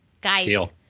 Guys